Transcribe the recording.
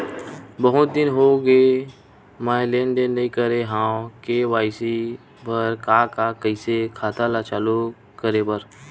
बहुत दिन हो गए मैं लेनदेन नई करे हाव के.वाई.सी बर का का कइसे खाता ला चालू करेबर?